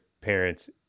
parents